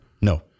No